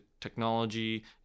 technology